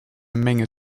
menge